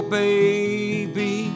baby